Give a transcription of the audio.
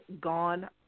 gone